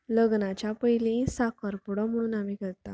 लग्नाच्या पयलीं साखर पुडो म्हुणू आमी करता